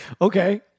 Okay